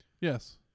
Yes